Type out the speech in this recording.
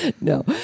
No